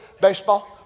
baseball